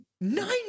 nine